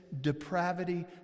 depravity